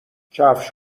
کفش